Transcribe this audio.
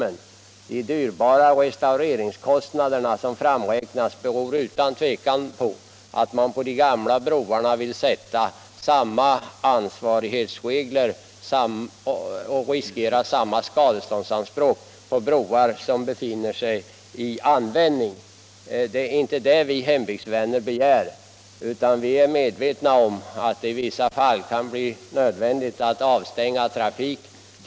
Att man kommit fram till så höga restaureringskostnader beror utan tvivel på att man för de gamla broarna vill tillämpa samma ansvarighetsregler och förutsätta samma skadeståndsanspråk som för broar som befinner sig i användning. Det är inte det vi hembygdsvänner begär, utan vi är medvetna om att det i vissa fall kan bli nödvändigt att avstänga trafik, t.